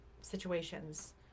situations